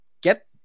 get